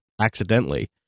accidentally